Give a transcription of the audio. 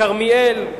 כרמיאל.